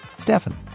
Stefan